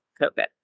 COVID